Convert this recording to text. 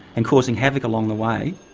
and causing havoc along the way,